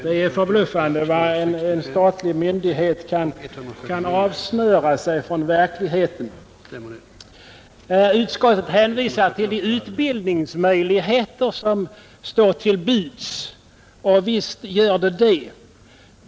Det är förbluffande vad en statlig myndighet kan avsnöra sig från verkligheten. Utskottet hänvisar till de utbildningsmöjligheter som står till buds — och visst finns dessa.